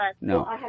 No